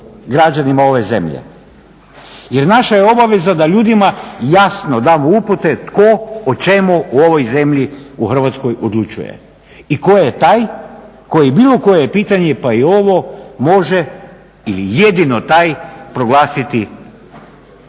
građanima ove zemlje. Jer naša je obaveza da jasno ljudima damo upute tko o čemu u ovoj zemlji u Hrvatskoj odlučuje i tko je taj koje bilo koje pitanje pa i ovo može i jedino taj proglasiti